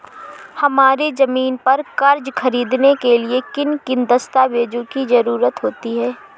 हमारी ज़मीन पर कर्ज ख़रीदने के लिए किन किन दस्तावेजों की जरूरत होती है?